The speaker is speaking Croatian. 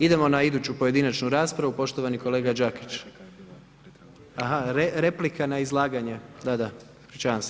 Idemo na iduću pojedinačnu raspravu poštovani kolega Đakić. … [[Upadica se ne čuje.]] A, ha, replika na izlaganje, da, da, ispričavam se.